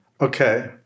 okay